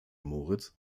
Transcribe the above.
moritz